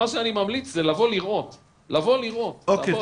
בוקר טוב לכולם,